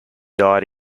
died